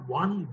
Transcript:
one